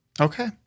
Okay